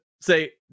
say